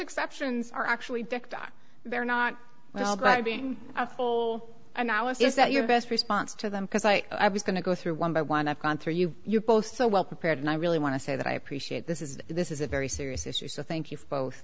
exceptions are actually dicta they're not well but being a full time now is that your best response to them because like i was going to go through one by one i've gone through you you both so well prepared and i really want to say that i appreciate this is this is a very serious issue so thank you for both